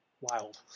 wild